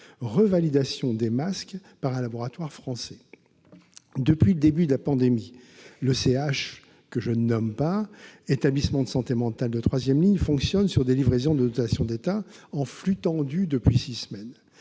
revalidation des masques par un laboratoire français. « Depuis le début de la pandémie, le CH- je ne le nomme pas -, établissement de santé mentale de troisième ligne, fonctionne sur des livraisons de dotations d'État en flux tendus depuis six semaines.